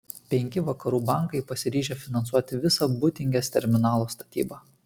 penki vakarų bankai pasiryžę finansuoti visą būtingės terminalo statybą